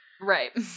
Right